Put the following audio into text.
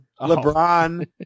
LeBron